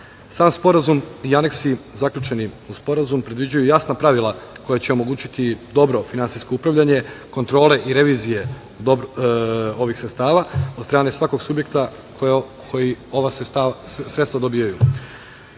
sporazum i aneksi zaključeni uz sporazum predviđaju jasna pravila koja će omogućiti dobro finansijsko upravljanje, kontrole i revizije ovih sredstava od strane svakog subjekta koji ova sredstva dobijaju. Nešto